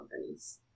companies